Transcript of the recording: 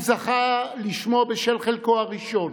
הוא זכה לשמו בשל חלקו הראשון,